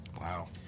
Wow